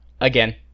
again